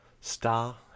Star